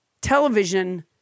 television